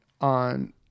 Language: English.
on